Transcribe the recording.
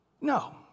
No